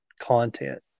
content